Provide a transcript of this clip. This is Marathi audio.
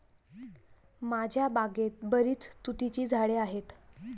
माझ्या बागेत बरीच तुतीची झाडे आहेत